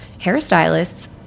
hairstylists